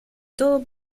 todo